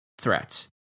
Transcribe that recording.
threats